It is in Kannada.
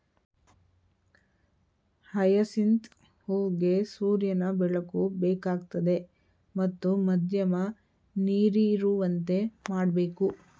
ಹಯಸಿಂತ್ ಹೂಗೆ ಸೂರ್ಯನ ಬೆಳಕು ಬೇಕಾಗ್ತದೆ ಮತ್ತು ಮಧ್ಯಮ ನೀರಿರುವಂತೆ ಮಾಡ್ಬೇಕು